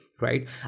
right